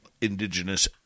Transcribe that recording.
indigenous